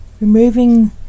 removing